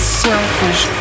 selfish